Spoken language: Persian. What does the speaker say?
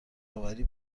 آوری